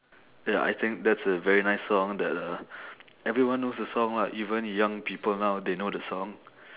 ya I think that's a very nice song that uh everyone knows the song lah even young people now they know the song